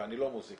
ואני לא מוזיקאי,